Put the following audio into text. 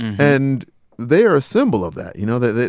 and they are a symbol of that. you know, they they